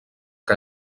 que